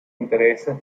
intereses